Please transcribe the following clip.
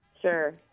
Sure